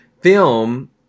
film